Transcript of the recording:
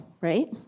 right